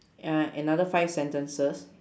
uh in under five sentences